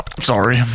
Sorry